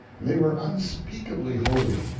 they were unspeakably holy,